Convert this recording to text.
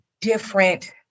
different